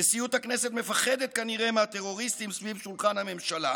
נשיאות הכנסת מפחדת כנראה מהטרוריסטים סביב שולחן הממשלה,